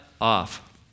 off